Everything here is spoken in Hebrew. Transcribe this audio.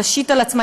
תשית על עצמה,